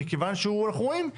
מכיוון שאנחנו רואים,